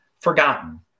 forgotten